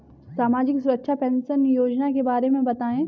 सामाजिक सुरक्षा पेंशन योजना के बारे में बताएँ?